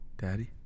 daddy